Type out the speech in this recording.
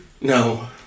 No